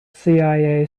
cia